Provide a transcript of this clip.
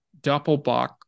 Doppelbach